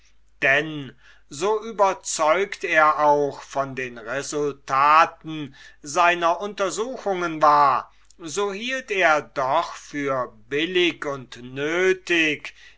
denn so überzeugt er auch von den resultaten seiner untersuchungen war so hielt er doch für billig und nötig